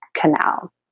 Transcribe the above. canal